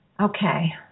okay